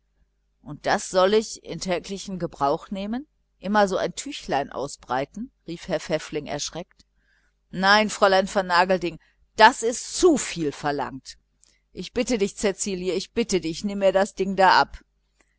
und das soll ich in täglichen gebrauch nehmen immer so ein tüchlein ausbreiten rief herr pfäffling erschreckt nein fräulein vernagelding das ist zu viel verlangt ich bitte dich cäcilie ich bitte dich nimm mir das ding da ab